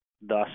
thus